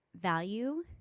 value